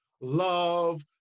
Love